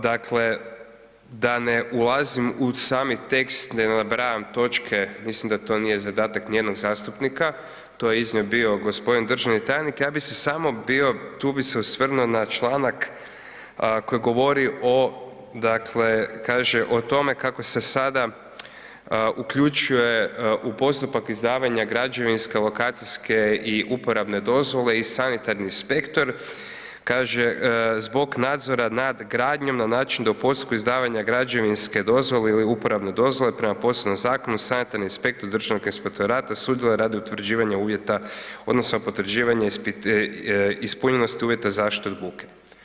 Dakle, da ne ulazim u sami tekst, ne nabrajam točke, mislim da to nije zadatak nijednog zastupnika, to je iznio bio g. državni tajnik, ja bi se samo bio, tu bi se osvrnuo na članak koji govori o dakle, kaže o tome kako se sada uključuje u postupak izdavanje građevinske, lokacijske i uporabne dozvole i sanitarni inspektor, kaže, zbog nadzora nad gradnjom, na način da u postupku izdavanja građevinske dozvole ili uporabne dozvole prema posebnom zakonu, sanitarni inspektor Državnog inspektorata sudjeluje radi utvrđivanja uvjeta, odnosno potvrđivanje ispunjenosti uvjeta zaštite od buke.